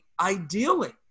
ideally